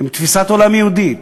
עם תפיסת עולם יהודית,